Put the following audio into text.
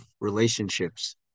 relationships